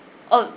oh